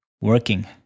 working